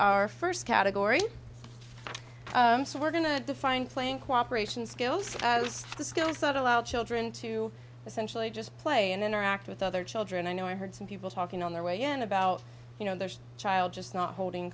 our first category so we're going to define playing cooperation skills as the skills that allow children to essentially just play and interact with other children i know i heard some people talking on their way in about you know there's a child just not holding